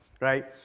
right